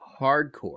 hardcore